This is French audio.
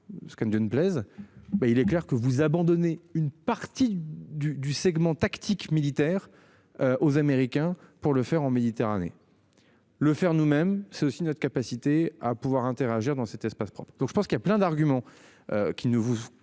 Dieu ne plaise. Ben il est clair que vous abandonnez une partie du du segments tactique militaire. Aux Américains pour le faire en Méditerranée. Le faire nous-mêmes c'est aussi notre capacité à pouvoir interagir dans cet espace. Donc je pense qu'il y a plein d'arguments. Qui ne vous